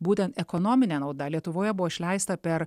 būtent ekonominė nauda lietuvoje buvo išleista per